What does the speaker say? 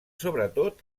sobretot